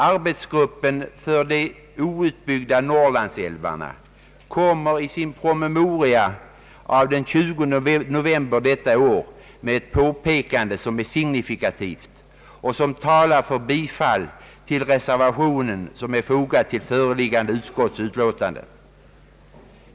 Arbetsgruppen för de outbyggda Norrlandsälvarna kommer i sin promemoria av den 20 november detta år med ett påpekande som är signifikativt och som talar för bifall till den reservation som är fogad till föreliggande utskottsutlåtande.